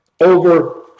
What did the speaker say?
over